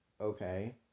okay